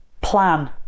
plan